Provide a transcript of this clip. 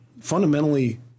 Fundamentally